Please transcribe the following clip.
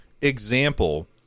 example